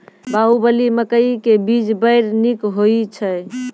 बाहुबली मकई के बीज बैर निक होई छै